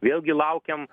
vėlgi laukiam